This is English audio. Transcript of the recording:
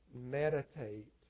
meditate